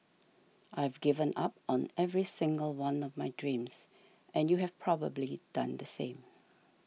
I've given up on every single one of my dreams and you have probably done the same